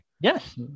Yes